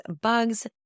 bugs